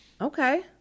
Okay